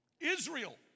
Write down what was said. Israel